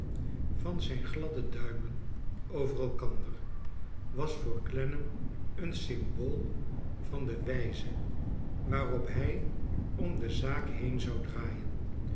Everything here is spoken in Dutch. van zljn gladde duimen over elkander was voor clennam een symbool van de wijze waarop hij om de zaak been zou draaien